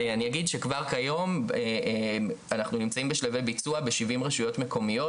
אני אגיד שכבר כיום אנחנו נמצאים בשלבי ביצוע בשבעים רשויות מקומיות